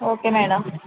okay madam